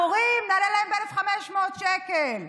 המורים, נעלה להם ב-1,500 שקל,